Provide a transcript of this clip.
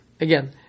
again